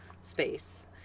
space